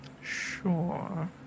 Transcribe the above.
Sure